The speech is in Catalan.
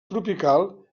tropical